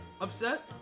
upset